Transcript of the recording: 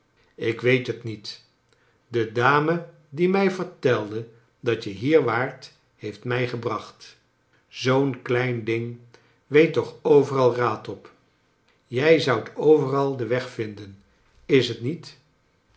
ik weet hot niet de dame die mij vertelde dat je hier waart heeft mij gebracht zoo'n klein ding weet toch overal raad op jij zoudt overal den weg vinden is t niet